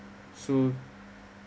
so